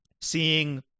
seeing